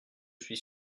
suis